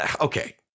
okay